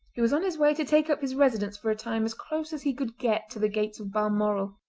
who was on his way to take up his residence for a time as close as he could get to the gates of balmoral.